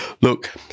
Look